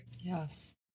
Yes